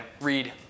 read